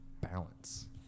Balance